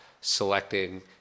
selecting